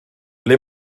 ble